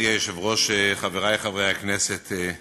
אדוני היושב-ראש, חברי חברי הכנסת, מל"ג,